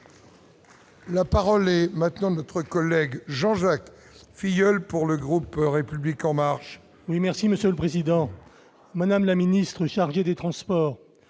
La parole est maintenant notre collègue Jean-Jacques Filleul, pour le groupe République en marche. Oui, merci Monsieur le Président, Madame la ministre chargée des transports,